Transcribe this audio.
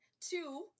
Two